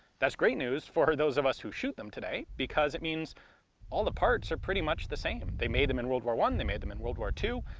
that's great news for those of us who shoot them today, because it means all the parts are pretty much the same. they made them in world war one, they made them in world war two,